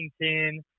Washington